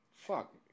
Fuck